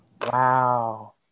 Wow